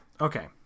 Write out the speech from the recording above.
Okay